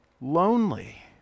lonely